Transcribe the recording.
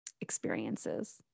experiences